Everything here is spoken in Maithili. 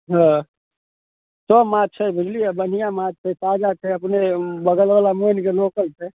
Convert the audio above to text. हऽ सब माँछ छै बुझलियै बन्हिआँ माँछ छै ताजा छै अपने बगलवला मोनिके लोकल छै